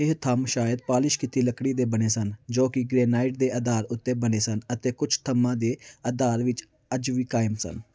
ਇਹ ਥੰਮ੍ਹ ਸ਼ਾਇਦ ਪਾਲਿਸ਼ ਕੀਤੀ ਲੱਕੜੀ ਦੇ ਬਣੇ ਸਨ ਜੋ ਕਿ ਗ੍ਰੇਨਾਈਟ ਦੇ ਅਧਾਰ ਉੱਤੇ ਬਣੇ ਸਨ ਅਤੇ ਕੁਛ ਥੰਮ੍ਹਾਂ ਦੇ ਅਧਾਰ ਵਿੱਚ ਅੱਜ ਵੀ ਕਾਇਮ ਸਨ